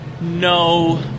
No